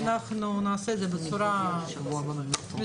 נעשה את זה בצורה מסודרת.